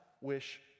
wish